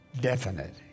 definite